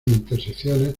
intersecciones